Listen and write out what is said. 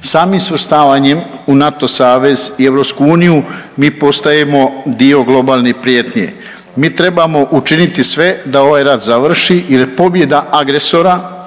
Samim svrstavanjem u NATO savez mi postajemo dio globalne prijetnje. Mi trebamo učiniti sve da ovaj rat završi, jer je pobjeda agresora